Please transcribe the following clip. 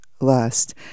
lust